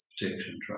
protection